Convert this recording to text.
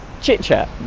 chit-chat